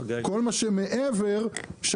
כל מה שמעבר זה